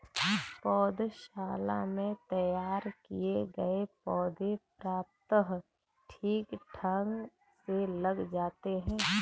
पौधशाला में तैयार किए गए पौधे प्रायः ठीक ढंग से लग जाते हैं